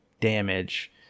damage